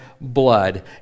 blood